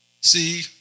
See